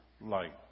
light